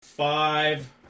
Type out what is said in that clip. Five